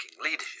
leadership